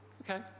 Okay